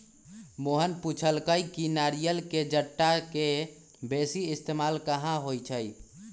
मोहन पुछलई कि नारियल के जट्टा के बेसी इस्तेमाल कहा होई छई